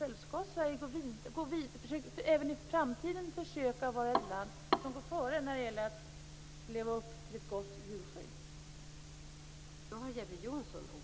Skall Sverige även i framtiden försöka vara föregångsland i att leva upp till ett gott djurskydd?